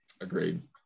Agreed